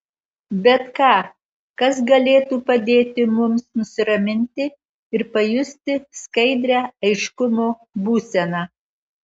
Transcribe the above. bet ką kas galėtų padėti mums nusiraminti ir pajusti skaidrią aiškumo būseną